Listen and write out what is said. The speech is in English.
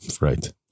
Right